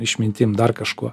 išmintim dar kažkuo